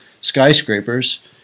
skyscrapers